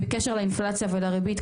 בקשר לאינפלציה ולריבית,